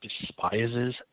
despises